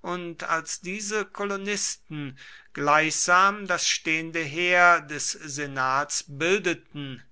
und als diese kolonisten gleichsam das stehende heer des senats bildeten